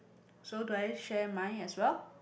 so do I share mine as well